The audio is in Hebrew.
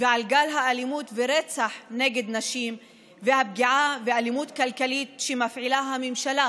ועל גל האלימות והרצח נגד נשים ועל הפגיעה באלימות כלכלית שמפעילה הממשלה